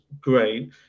great